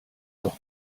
doch